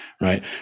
Right